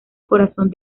corazón